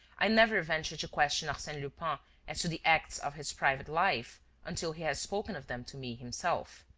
i never venture to question arsene lupin as to the acts of his private life until he has spoken of them to me himself.